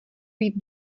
být